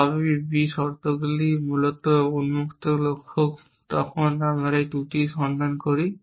সবই B শর্তগুলি মূলত উন্মুক্ত লক্ষ্য তখন আমরা ত্রুটির সন্ধান করি